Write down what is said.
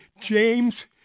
James